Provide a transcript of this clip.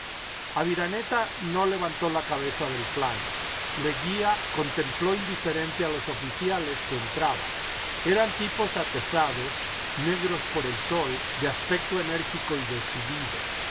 aviraneta no levantó la cabeza del plano leguía contempló indiferente a los oficiales que entraban eran tipos atezados negros por el sol de aspecto enérgico y decidido